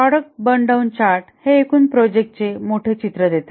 product burn down chart हे एकूण project चे मोठे चित्र देते